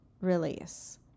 release